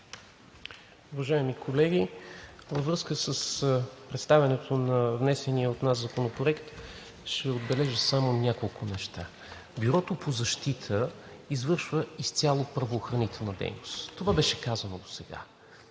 Уважаеми колеги, във връзка с представянето на внесения от нас законопроект ще отбележа само няколко неща. Бюрото по защита извършва изцяло правоохранителна дейност. Това беше казано досега.